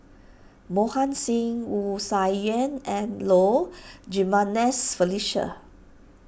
Mohan Singh Wu Tsai Yen and Low Jimenez Felicia